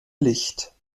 licht